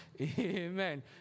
Amen